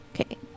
Okay